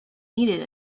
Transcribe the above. needed